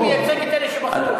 אני מייצג את אלה שבחרו בי.